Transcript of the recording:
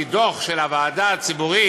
ועל-פי דוח של הוועדה הציבורית